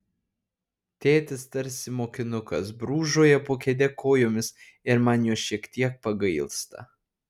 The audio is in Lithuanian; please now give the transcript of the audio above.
tėtis tarsi mokinukas brūžuoja po kėde kojomis ir man jo šiek tiek pagailsta